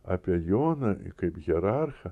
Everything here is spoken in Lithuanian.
apie joną kaip hierarchą